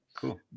Cool